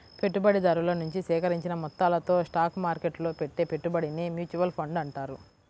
పెట్టుబడిదారుల నుంచి సేకరించిన మొత్తాలతో స్టాక్ మార్కెట్టులో పెట్టే పెట్టుబడినే మ్యూచువల్ ఫండ్ అంటారు